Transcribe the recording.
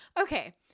Okay